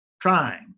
trying